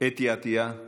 אתי עטייה,